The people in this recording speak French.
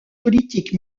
politique